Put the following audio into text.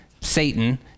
Satan